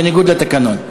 בניגוד לתקנון.